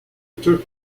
took